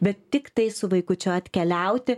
bet tiktai su vaikučiu atkeliauti